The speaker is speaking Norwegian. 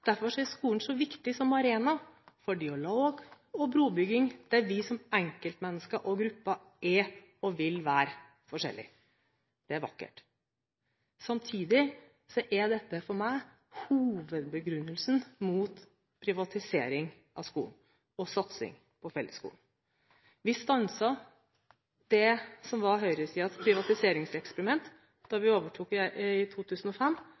Derfor er skolen så viktig som arena for dialog og brobygging der vi som enkeltmennesker og grupper er og vil være forskjellige.» Det er vakkert. Samtidig er dette for meg hovedbegrunnelsen mot privatisering av skolen og for satsing på fellesskolen. Vi stanset det som var høyresidens privatiseringseksperiment, da vi overtok i 2005.